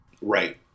right